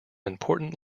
important